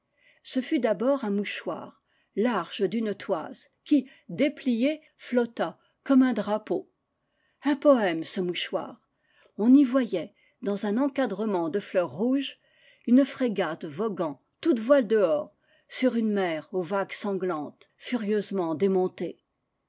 ce fut d'abord un mouchoir large d'une toise qui déplié flotta comme un drapeau un poème ce mouchoir on y voyait dans un encadrement de fleurs rouges une frégate voguant toutes voiles dehors sur une mer aux vagues san glantes furieusement démontée